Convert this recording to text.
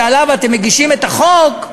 שעליו אתם מגישים את החוק,